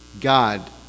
God